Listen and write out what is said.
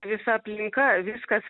visa aplinka viskas